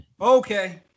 Okay